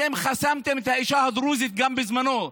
אתם חסמתם את האישה הדרוזית גם בזמנו,